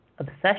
Obsession